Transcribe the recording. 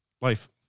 life